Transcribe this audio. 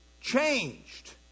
changed